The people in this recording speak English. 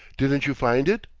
didn't you find it?